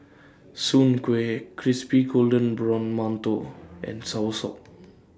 Soon Kueh Crispy Golden Brown mantou and Soursop